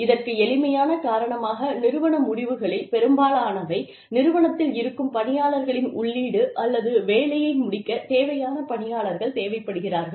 இதற்கு எளிமையான காரணமாக நிறுவன முடிவுகளில் பெரும்பாலானவை நிறுவனத்தில் இருக்கும் பணியாளர்களின் உள்ளீடு அல்லது வேலையை முடிக்கத் தேவையான பணியாளர்கள் தேவைப்படுகிறார்கள்